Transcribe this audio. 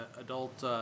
adult